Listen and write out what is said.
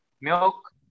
milk